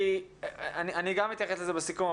אני גם אתייחס לזה בסיכום.